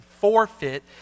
forfeit